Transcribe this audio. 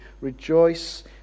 rejoice